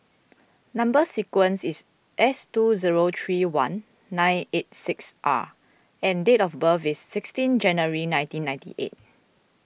Number Sequence is S two zero three one nine eight six R and date of birth is sixteen January one thousand nine hundred and ninety eight